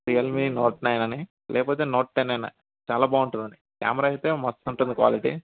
Realme note nine అని లేకపోతే note ten అయినా చాలా బాగుంటుంది అండి కెమెరా అయితే మస్తు ఉంటుంది క్వాలిటీ